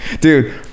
Dude